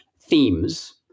themes